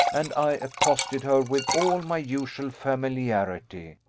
and i accosted her with all my usual familiarity.